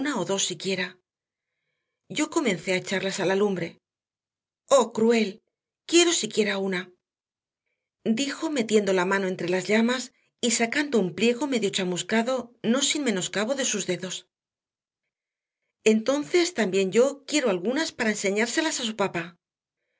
o dos siquiera yo comencé a echarlas a la lumbre oh cruel quiero siquiera una dijo metiendo la mano entre las llamas y sacando un pliego medio chamuscado no sin menoscabo de sus dedos entonces también yo quiero algunas para enseñárselas a su papá